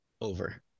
over